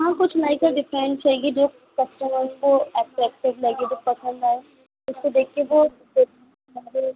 हाँ कुछ like a different चाहिए जो कस्टमर को अट्रैक्टिव लगे जो पसंद आए उसको देख के वो फिर